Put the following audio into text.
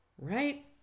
Right